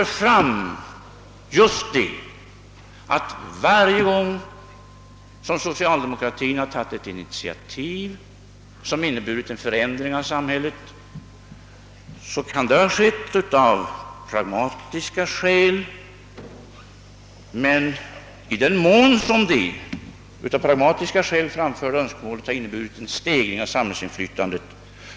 I avhandlingen säger han att varje gång som socialdemokratin tagit ett initiativ, som inneburit en förändring av samhället, har man av ideologiska skäl tagit upp kampen på den borgerliga sidan. Så har ständigt skett varje gång det av pragmatiska skäl framförts önskemål som inneburit en stegring av samhällsinflytandet.